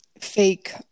fake